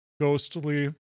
ghostly